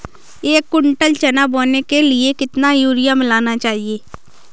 एक कुंटल चना बोने के लिए कितना यूरिया मिलाना चाहिये?